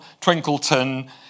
Twinkleton